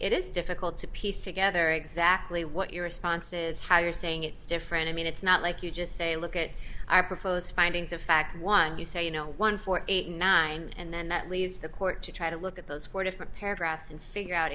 it is difficult to piece together exactly what your responses how you're saying it's different i mean it's not like you just say look at i propose findings of fact one you say you know one for eighty nine and then that leaves the court to try to look at those four different paragraphs and figure out